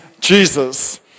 Jesus